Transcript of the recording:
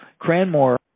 Cranmore